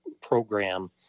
program